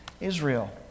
Israel